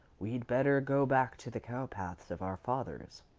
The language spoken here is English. we'd better go back to the cowpaths of our fathers.